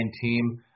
team